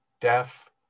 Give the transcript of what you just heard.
deaf